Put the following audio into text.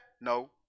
No